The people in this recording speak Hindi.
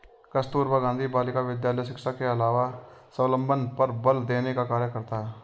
कस्तूरबा गाँधी बालिका विद्यालय शिक्षा के अलावा स्वावलम्बन पर बल देने का कार्य करता है